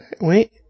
Wait